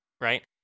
right